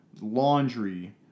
laundry